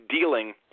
dealing